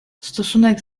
stosunek